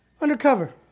Undercover